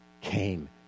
came